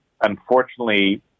unfortunately